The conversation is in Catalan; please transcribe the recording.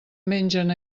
mengen